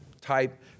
type